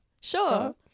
sure